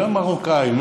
אלו המרוקאים.